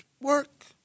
work